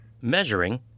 measuring